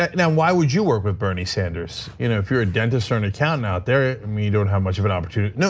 ah now why would you work with bernie sanders? you know if if you're a dentist or an accountant out there, i mean, you don't have much of an opportunity. no,